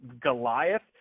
Goliath